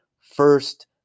first